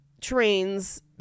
trains